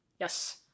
yes